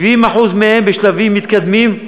70% מהם בשלבים מתקדמים.